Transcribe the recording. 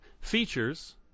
features